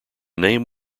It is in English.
name